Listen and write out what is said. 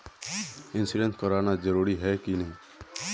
Insurance कराना जरूरी ही है की?